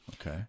Okay